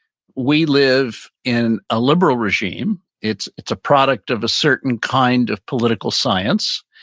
we live in a liberal regime, it's it's a product of a certain kind of political science,